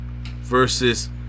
versus